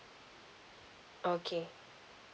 okay